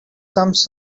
comes